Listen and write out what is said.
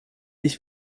ich